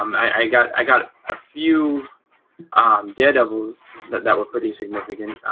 um i got i got a few daredevils that that were pretty significant